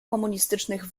komunistycznych